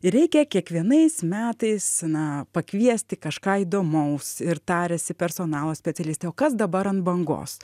ir reikia kiekvienais metais na pakviesti kažką įdomaus ir tariasi personalo specialistai o kas dabar ant bangos